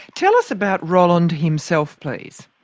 tell us about roland himself, please.